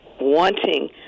wanting